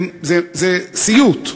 זה סיוט.